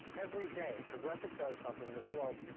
everyday, progressive does something that's well,